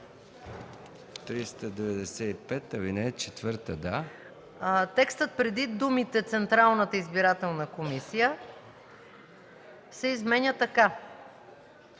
текстът преди думите „Централната избирателна комисия” се изменя така: